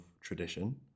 tradition